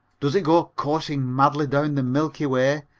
does it go coursing madly down the milky way,